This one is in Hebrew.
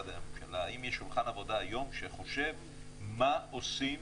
האם יש שולחן עבודה היום שחושב מה עושים,